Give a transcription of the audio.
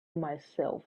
myself